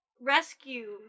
rescue